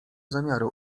zamiaru